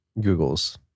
Google's